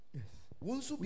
Yes